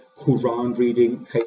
Quran-reading